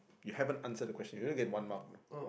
you haven't answer the question you only get one mark you know